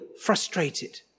frustrated